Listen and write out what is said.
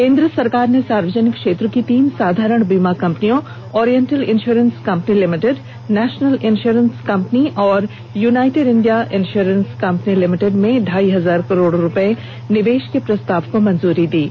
केंद्र सरकार ने सार्वजनिक क्षेत्र की तीन साधरण बीमा कंपनियों Oriental Insurance Company Limited National Insurance Company Limited और United India Insurance Company Limited में ढाई हजार करोड़ रुपये निवेष करने के प्रस्ताव को मंजूरी प्रदान कर दी है